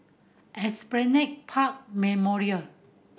Esplanade Park Memorial